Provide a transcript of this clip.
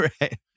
Right